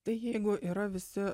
tai jeigu yra visi